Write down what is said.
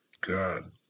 God